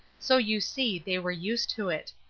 so you see they were used to it.